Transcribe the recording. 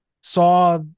saw